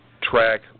track